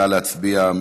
נא להצביע.